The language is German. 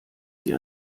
sie